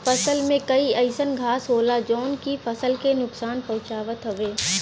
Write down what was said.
फसल में कई अइसन घास होला जौन की फसल के नुकसान पहुँचावत हउवे